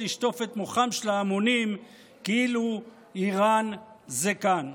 לשטוף את מוחם של ההמונים כאילו איראן זה כאן.